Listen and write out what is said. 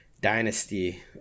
dynasty